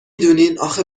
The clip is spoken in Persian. دونین، اخه